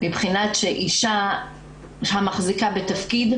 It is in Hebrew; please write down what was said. מבחינת שאישה המחזיקה בתפקיד,